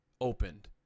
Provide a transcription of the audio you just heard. opened